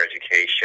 education